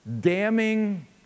damning